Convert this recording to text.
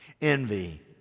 envy